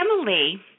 Emily